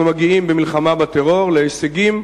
אנחנו מגיעים במלחמה בטרור להישגים